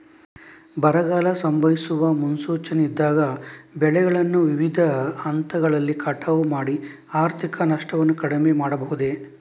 ಬರಗಾಲ ಸಂಭವಿಸುವ ಮುನ್ಸೂಚನೆ ಇದ್ದಾಗ ಬೆಳೆಗಳನ್ನು ವಿವಿಧ ಹಂತದಲ್ಲಿ ಕಟಾವು ಮಾಡಿ ಆರ್ಥಿಕ ನಷ್ಟವನ್ನು ಕಡಿಮೆ ಮಾಡಬಹುದೇ?